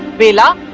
bela,